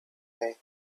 way